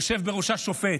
יושב בראשה שופט.